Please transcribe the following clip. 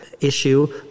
issue